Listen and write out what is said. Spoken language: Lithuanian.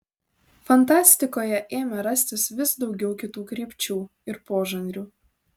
fantastikoje ėmė rastis vis daugiau kitų krypčių ir požanrių